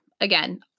Again